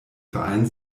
verein